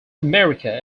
america